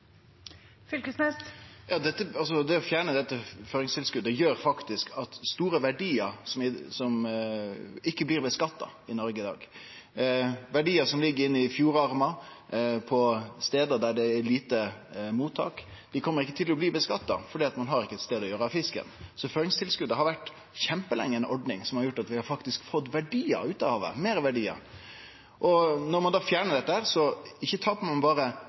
Det å fjerne dette føringstilskotet gjer faktisk at store verdiar ikkje blir skattlagde i Noreg i dag, verdiar som ligg inne i fjordarmar, på stader der det er lite mottak. Dei kjem ikkje til å bli skattlagde, fordi ein har ikkje nokon plass å gjere av fisken. Føringstilskotet har – kjempelenge – vore ei ordning som har gjort at vi har fått verdiar ut av havet – meirverdiar. Når ein da fjernar dette, taper ein ikkje berre dei verdiane; ein